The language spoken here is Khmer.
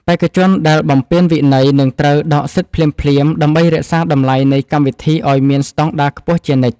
បេក្ខជនដែលបំពានវិន័យនឹងត្រូវដកសិទ្ធិភ្លាមៗដើម្បីរក្សាតម្លៃនៃកម្មវិធីឱ្យមានស្តង់ដារខ្ពស់ជានិច្ច។